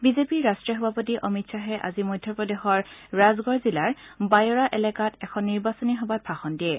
বিজেপিৰ ৰাষ্ট্ৰীয় সভাপতি অমিত শ্বাহে আজি মধ্যপ্ৰদেশৰ ৰাজগড় জিলাৰ বায়'ৰা এলেকাত এখন নিৰ্বাচনী সভাত ভাষণ দিয়ে